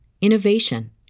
innovation